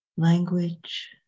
language